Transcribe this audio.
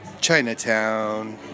Chinatown